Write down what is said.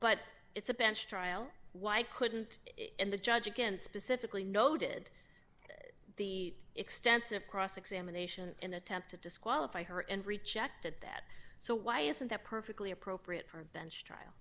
but it's a bench trial why couldn't the judge against specifically noted the extensive cross examination in attempt to disqualify her and rejected that so why isn't that perfectly appropriate for a bench trial